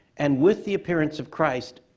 and with the appearance of christ,